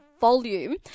volume